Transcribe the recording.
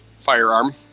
firearm